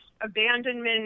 abandonment